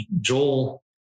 Joel